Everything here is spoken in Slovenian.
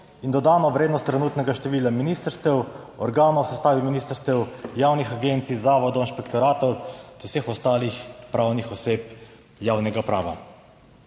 in dodano vrednost trenutnega števila ministrstev, organov v sestavi ministrstev, javnih agencij, zavodov, inšpektoratov ter vseh ostalih pravnih oseb javnega prava.